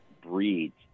breeds